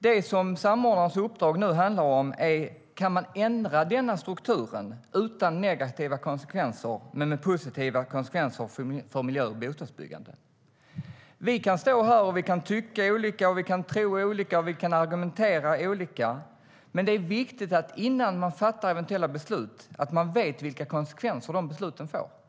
Vad samordnarens uppdrag handlar om är om man kan ändra denna struktur utan negativa konsekvenser men med positiva konsekvenser för miljö och bostadsbyggande? Vi kan stå här och tycka olika, tro olika och argumentera olika. Men det är viktigt att man, innan man fattar eventuella beslut, vet vilka konsekvenser besluten får.